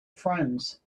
friends